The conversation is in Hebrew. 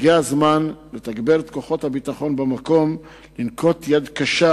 הגיע הזמן לתגבר את כוחות הביטחון במקום ולנקוט יד קשה